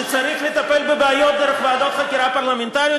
שצריך לטפל בבעיות דרך ועדות חקירה פרלמנטריות?